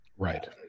Right